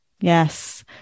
Yes